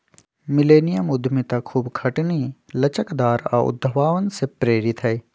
millennium उद्यमिता खूब खटनी, लचकदार आऽ उद्भावन से प्रेरित हइ